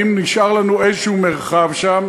אם נשאר לנו איזה מרחב שם,